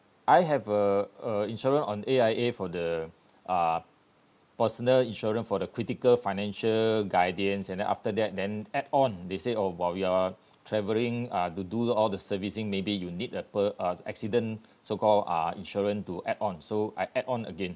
I have a uh insurance on A_I_A for the uh personal insurance for the critical financial guidance and then after that then add on they say oh while you're travelling uh to do all the servicing maybe you need a per~ uh accident so called uh insurance to add on so I add on again